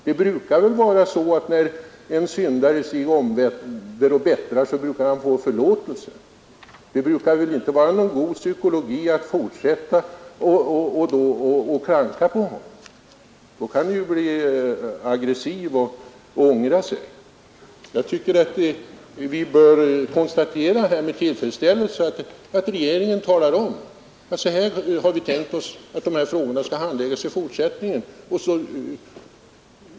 Det brukar ju vara så att om en syndare sig bättrar får han förlåtelse, och det är väl inte god psykologi att fortsätta att klanka på honom — då kan han ju bli aggressiv och ångra sin bättring. Jag tycker att vi här med tillfredsställelse bör konstatera att regeringen talar om, att så här har regeringen tänkt sig att dessa frågor skall handläggas i fortsättningen.